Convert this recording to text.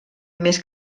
més